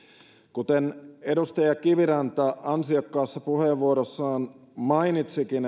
kuten edustaja kiviranta ansiokkaassa puheenvuorossaan mainitsikin